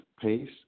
pace